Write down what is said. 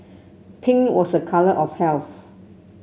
pink was a colour of health